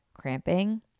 cramping